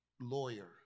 lawyer